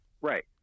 Right